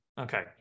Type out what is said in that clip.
Okay